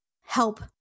help